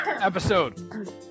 episode